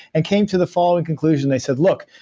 and came to the following conclusion. they said, look,